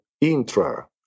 intra